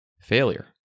Failure